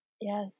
yes